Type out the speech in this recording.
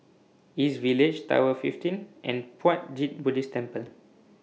East Village Tower fifteen and Puat Jit Buddhist Temple